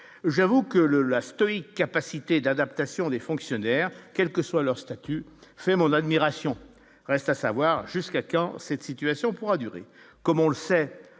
j'avoue que le la Story capacité d'adaptation des fonctionnaires, quel que soit leur statut fait mon admiration, reste à savoir jusqu'à quand cette situation pourra durer comme on le sait,